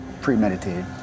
Premeditated